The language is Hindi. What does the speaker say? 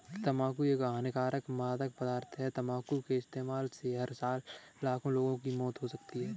तंबाकू एक हानिकारक मादक पदार्थ है, तंबाकू के इस्तेमाल से हर साल लाखों लोगों की मौत होती है